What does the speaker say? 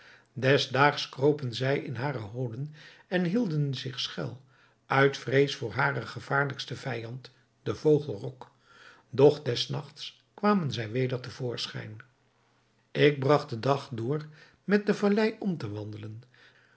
des daags kropen zij in hare holen en hielden zich schuil uit vrees voor haren gevaarlijksten vijand den vogel rok doch des nachts kwamen zij weder te voorschijn ik bragt den dag door met de vallei om te wandelen